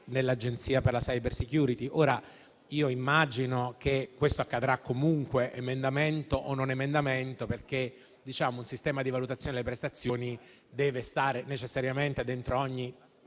nell'Agenzia per la *cybersecurity*. Immagino che questo accadrà comunque, emendamento o non emendamento, perché un sistema di valutazione delle prestazioni deve stare necessariamente dentro ogni